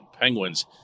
Penguins